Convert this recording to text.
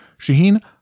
Shaheen